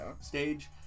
stage